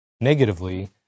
negatively